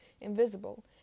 invisible